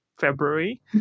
February